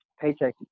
paycheck